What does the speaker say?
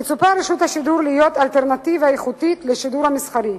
מצופה מרשות השידור להיות אלטרנטיבה איכותית לשידור המסחרי,